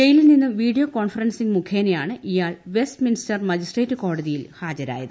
ജയിലിൽ നിന്നും video conferencing മുഖേനയാണ് ഇയാൾ വെസ്റ്റ്മിൻസ്റ്റർ മജിസ്ട്രേറ്റ് കോടതിയിൽ ഹാജരായത്